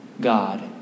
God